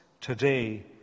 today